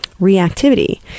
reactivity